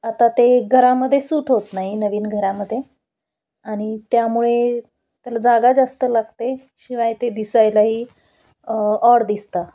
आता ते घरामध्ये सूट होत नाही नवीन घरामध्ये आणि त्यामुळे त्याला जागा जास्त लागते शिवाय ते दिसायलाही ऑड दिसतं